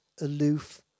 aloof